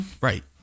right